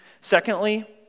Secondly